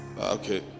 Okay